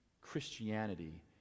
christianity